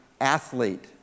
athlete